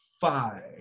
five